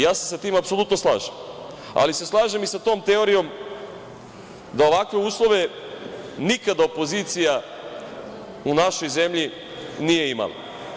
Ja se sa tim apsolutno slažem, ali se slažem i sa tom teorijom da ovakve uslove nikada opozicija u našoj zemlji nije imala.